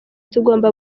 tugomba